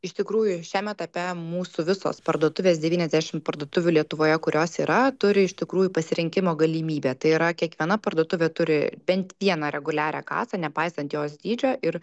iš tikrųjų šiam etape mūsų visos parduotuvės devyniasdešim parduotuvių lietuvoje kurios yra turi iš tikrųjų pasirinkimo galimybę tai yra kiekviena parduotuvė turi bent vieną reguliarią kasą nepaisant jos dydžio ir